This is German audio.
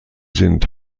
sind